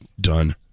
done